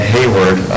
Hayward